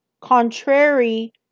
contrary